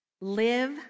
Live